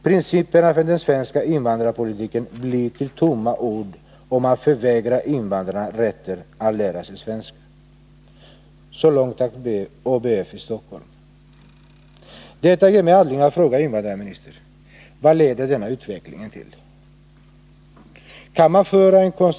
Principerna för den svenska invandrarpolitiken blir till tomma ord om man förvägrar invandrarna rätten att lära sig svenska.” Så långt ABF i Stockholm. Herr talman!